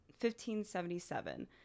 1577